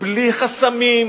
בלי חסמים,